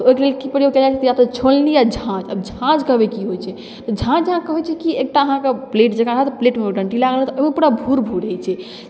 तऽ ओहिके लेल की प्रयोग कएल जाइ छै या तऽ छोलनी या झाँझ आब झाँझ कहबै की होइ छै तऽ झाँझ अहाँकेँ होइ छै कि एकटा अहाँकेँ प्लेट जँका रहत प्लेटमे डन्टी लागल रहत ओहिमे पूरा भूर भूर रहै छै